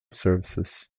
services